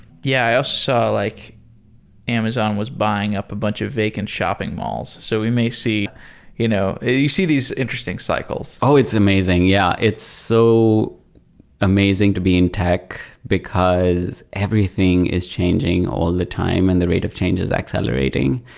yeah, i also ah saw like amazon was buying up a bunch of vacant shopping malls. so we may see you know you see these interesting cycles oh, it's amazing. yeah. it's so amazing to be in tech, because everything is changing all the time and the rate of change is accelerating.